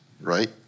right